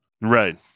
Right